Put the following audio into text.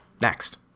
Next